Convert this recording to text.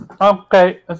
Okay